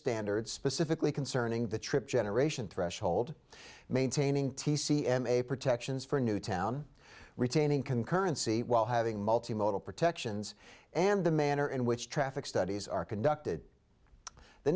standards specifically concerning the trip generation threshold maintaining t c m a protections for newtown retaining concurrency while having multi modal protections and the manner in which traffic studies are conducted the